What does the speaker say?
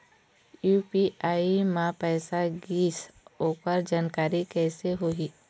UPI म पैसा गिस ओकर जानकारी कइसे होही?